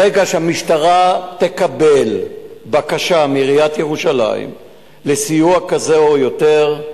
ברגע שהמשטרה תקבל בקשה מעיריית ירושלים לסיוע כזה או יותר,